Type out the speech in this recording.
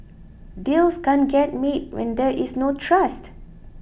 deals can't get made when there is no trust